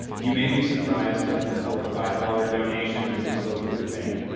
you may be surprised to know that for a five dollars donation to the slo food bank,